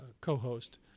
co-host